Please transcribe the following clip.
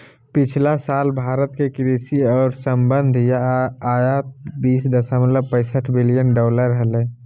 पिछला साल भारत के कृषि और संबद्ध आयात बीस दशमलव पैसठ बिलियन डॉलर हलय